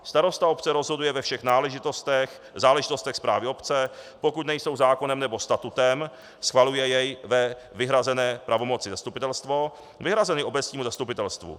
Starosta obce rozhoduje ve všech záležitostech správy obce, pokud nejsou zákonem nebo statutem, schvaluje jej ve vyhrazené pravomoci zastupitelstvo, vyhrazeny obecnímu zastupitelstvu.